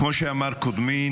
כמו שאמר קודמי,